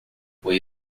foi